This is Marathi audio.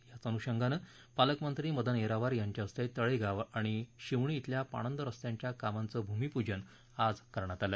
त्याच अनुषंगाने पालकमंत्री मदन येरावार यांच्या हस्ते तळेगाव आणि शिवणी अल्या पाणंद रस्त्याच्या कामाचं भुमिपूजन आज करण्यात आलं